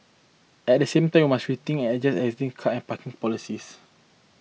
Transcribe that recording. at the same time we must rethink and adjust existing car and car parking policies